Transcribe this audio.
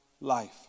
life